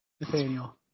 Nathaniel